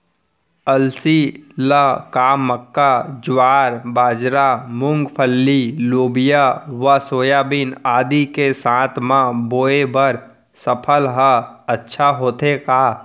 अलसी ल का मक्का, ज्वार, बाजरा, मूंगफली, लोबिया व सोयाबीन आदि के साथ म बोये बर सफल ह अच्छा होथे का?